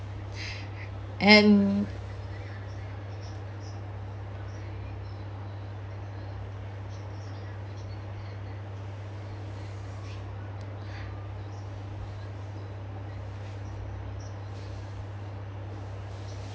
and